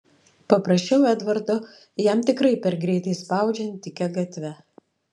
paprašiau edvardo jam tikrai per greitai spaudžiant tykia gatve